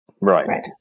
Right